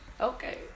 Okay